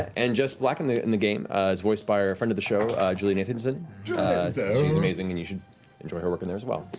and jess black in the in the game is voiced by our friend of the show julie nathanson. she is amazing and you should enjoy her work in there as well.